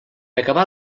acabar